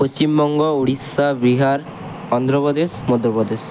Paschimbanga Orissa Bihar Andhra Pradesh Madhya Pradesh